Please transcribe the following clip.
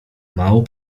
mało